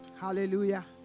Hallelujah